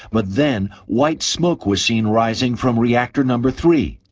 but then white smoke was seen rising from reactor number three.